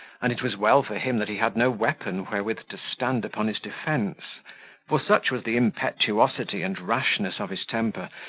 and it was well for him that he had no weapon wherewith to stand upon his defence for such was the impetuosity and rashness of his temper,